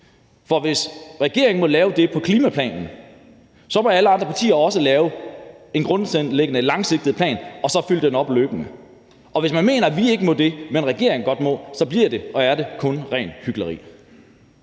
For hvis regeringen må gøre det i forbindelse med klimaplanen, så må alle andre partier også lave en grundlæggende langsigtet plan og så fylde den op løbende. Og hvis man mener, at vi ikke må det, men at regeringen godt må, så er og bliver det rent hykleri.